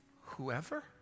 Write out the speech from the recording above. whoever